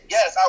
Yes